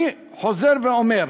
אני חוזר ואומר: